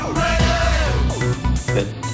ready